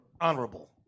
honorable